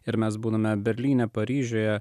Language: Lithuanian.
ir mes būname berlyne paryžiuje